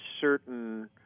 certain